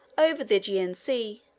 over the aegean sea,